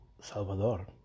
Salvador